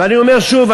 ואני אומר שוב,